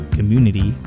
Community